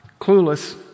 clueless